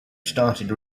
started